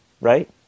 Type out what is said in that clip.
right